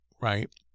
right